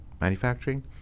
manufacturing